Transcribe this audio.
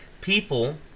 people